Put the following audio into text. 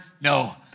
No